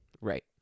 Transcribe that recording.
Right